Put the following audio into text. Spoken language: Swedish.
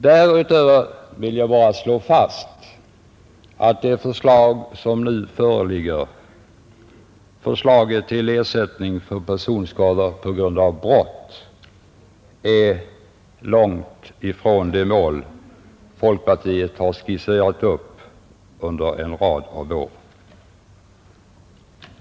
Därutöver vill jag bara slå fast att det förslag som nu framlagts om ersättning för personskada på grund av brott ligger långt ifrån det mål som folkpartiet under en rad år har skisserat upp.